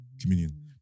communion